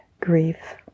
grief